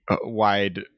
wide